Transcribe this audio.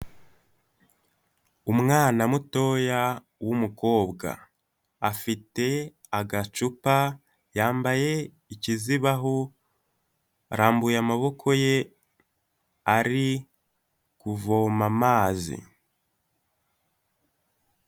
Umwana mutoya w'umukobwa. Afite agacupa, yambaye ikizibaho, arambuye amaboko ye, ari kuvoma amazi.